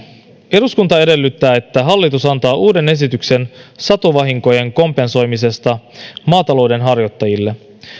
eduskunta edellyttää että hallitus antaa uuden esityksen satovahinkojen kompensoimisesta maatalouden harjoittajille